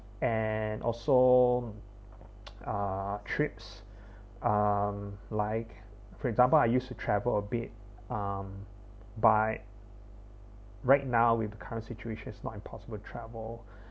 and also uh trips um like for example I used to travel a bit um but right now with current situation is not impossible to travel